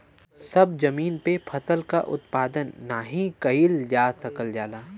सभ जमीन पे फसल क उत्पादन नाही कइल जा सकल जाला